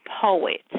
poet